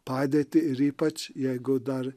padėtį ir ypač jeigu dar